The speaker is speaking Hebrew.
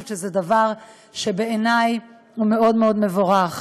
זה דבר שבעיני הוא מאוד מאוד מבורך.